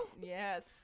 Yes